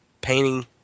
painting